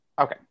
Okay